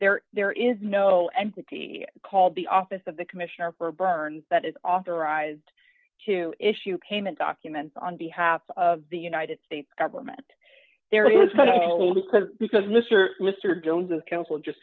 there there is no entity called the office of the commissioner for burns that is authorized to issue came and documents on behalf of the united states government there is because mr mr jones is counsel just